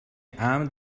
امن